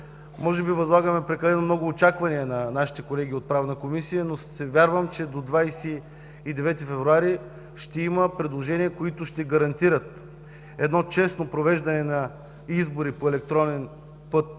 Може би възлагаме прекалено много очаквания на колегите от Правната комисия, но вярвам, че до 29 февруари ще има предложения, които ще гарантират честно провеждане на избори по електронен път